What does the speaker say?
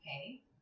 okay